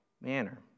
manner